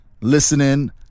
listening